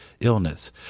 illness